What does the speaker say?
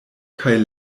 kaj